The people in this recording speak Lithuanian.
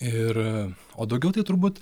ir o daugiau tai turbūt